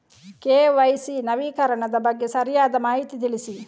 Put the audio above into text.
KYC ನವೀಕರಣದ ಬಗ್ಗೆ ಸರಿಯಾದ ಮಾಹಿತಿ ತಿಳಿಸಿ?